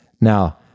Now